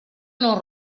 non